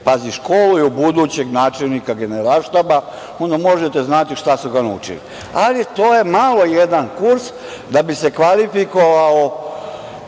Pazi, školuju budućeg načelnika Generalštaba, onda možete znati šta su ga naučili, ali to je malo jedan kurs. Da bi se kvalifikovao